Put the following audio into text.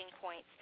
points